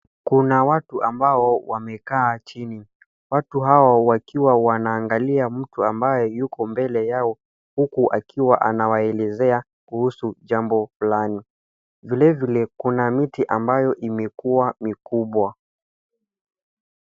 Kuna watu ambao wamekaa chini. Watu hawa wakiwa wanaangalia mtu ambaye yuko mbele yao uku akiwa anawaelezea kuhusu jambo fulani. Vilevile kuna miti ambayo imekua mikubwa.